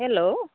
hello